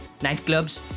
nightclubs